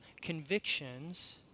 convictions